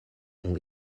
ont